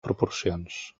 proporcions